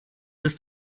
ist